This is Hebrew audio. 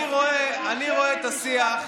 אני רואה את השיח,